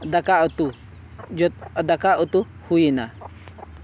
ᱫᱟᱠᱟᱼᱩᱛᱩ ᱫᱟᱠᱟᱼᱩᱛᱩ ᱦᱩᱭᱮᱱᱟ